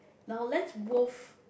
now let's move